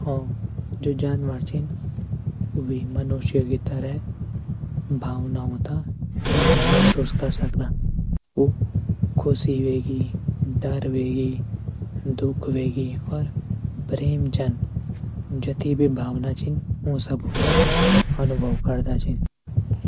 हाँ. जो जानवर छन वो बी मनुष्यों की तरह भवनाओं ते महसूस कर सकदा. वो ख़ुशी हुगी, डर होयगी, दुःख होयगी और प्रेम जन जती भी भावना छन वो सभु ता अनुभव करदा छन.